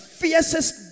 fiercest